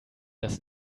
dass